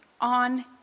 on